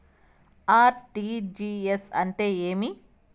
RTGS అంటే ఏమి